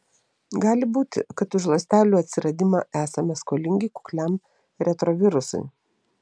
gali būti kad už ląstelių atsiradimą esame skolingi kukliam retrovirusui